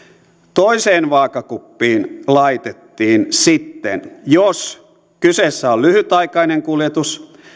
toiseen vaakakuppiin laitettiin sitten jos kyseessä on lyhytaikainen kuljetus